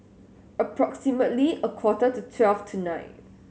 approximately a quarter to twelve tonight